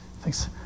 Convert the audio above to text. Thanks